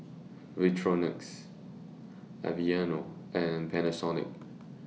Victorinox Aveeno and Panasonic